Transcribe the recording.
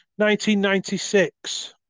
1996